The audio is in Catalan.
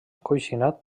encoixinat